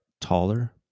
taller